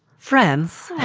friends,